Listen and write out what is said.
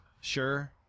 sure